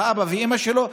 אבא ואימא שלו,